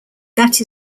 that